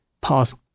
past